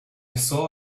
saw